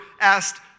asked